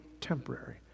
temporary